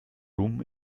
rum